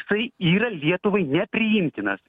jisai yra lietuvai nepriimtinas